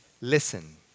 Listen